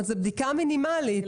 זאת בדיקה מינימלית.